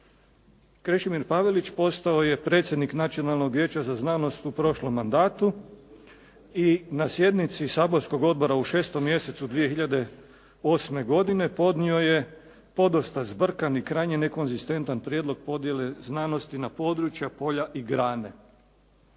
Krešimir Pavelić postao je predsjednik Nacionalnog vijeća za znanost u prošlom mandatu i na sjednici saborskog odbora u 6. mjesecu 2008. godine podnio je podosta zbrkan i krajnje nekonzistentan prijedlog podjele znanosti na područja, polja i grane.